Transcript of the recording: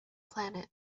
planet